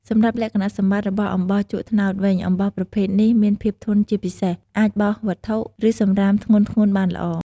សម្រាប់លក្ខណៈសម្បត្តិរបស់អំបោសជក់ត្នោតវិញ អំបោសប្រភេទនេះមានភាពធន់ជាពិសេស អាចបោសវត្ថុ ឬសម្រាមធ្ងន់ៗបានល្អ។